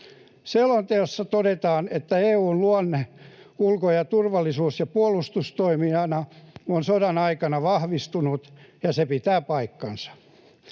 Selonteossa todetaan, että EU:n luonne ulko- ja turvallisuus- ja puolustustoimijana on sodan aikana vahvistunut, ja se pitää paikkansa.